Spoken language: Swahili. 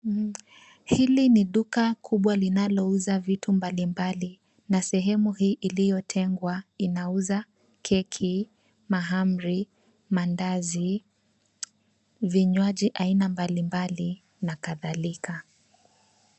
Hili ni duka kubwa linalouza vitu mbalimbali na sehemu hii iliyotengwa inauza keki, mahamri, mandazi, vinywaji aina mbalimbali na kadhalika.